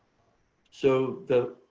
so the